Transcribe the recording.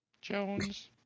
Jones